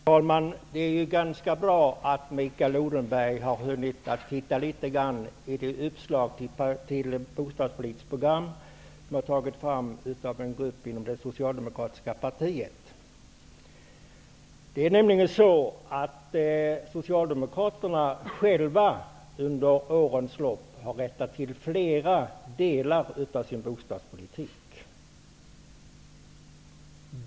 Herr talman! Det är ganska bra att Mikael Odenberg har hunnit med att titta litet grand i det utkast till bostadspolitiskt program som har tagits fram av en grupp inom det socialdemokratiska partiet. Socialdemokraterna har under årens lopp själva rättat till flera delar i sin bostadspolitik.